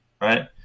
right